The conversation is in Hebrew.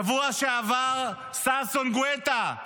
בשבוע שעבר, ששון גואטה,